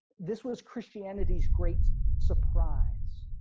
this was christianity's great surprise